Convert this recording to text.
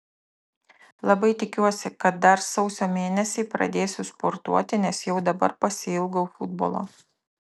labai tikiuosi kad dar sausio mėnesį pradėsiu sportuoti nes jau dabar pasiilgau futbolo